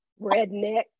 redneck